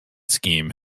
scheme